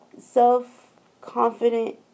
self-confident